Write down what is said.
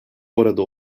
orada